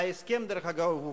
ההסכם, דרך אגב, הובא,